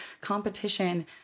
competition